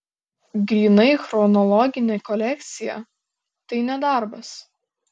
grynai chronologinė kolekcija tai ne darbas